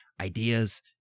ideas